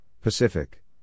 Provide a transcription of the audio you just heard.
Pacific